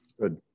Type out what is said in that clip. Good